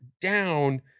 down